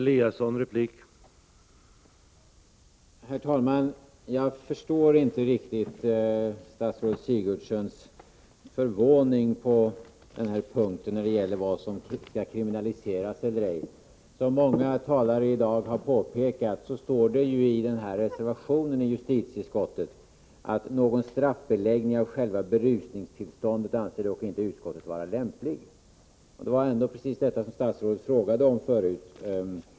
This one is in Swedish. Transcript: Herr talman! Jag förstår inte riktigt statsrådet Sigurdsens förvåning när det gäller vad som skall kriminaliseras eller ej. Som många talare i dag har påpekat står det i reservation 3 i justitieutskottets betänkande: ”Någon straffbeläggning av själva berusningstillståndet anser dock inte utskottet vara lämplig.” Det är precis detta som statsrådet frågade om förut.